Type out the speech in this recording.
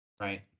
Right